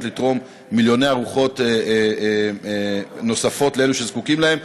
לתרום מיליוני ארוחות נוספות לאלו שזקוקים להן,